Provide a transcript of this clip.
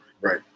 right